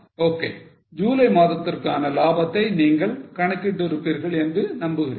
Ok July மாதத்திற்கான லாபத்தை நீங்கள் கணக்கிட்டு இருப்பீர்கள் என்று நம்புகிறேன்